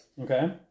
Okay